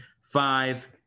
five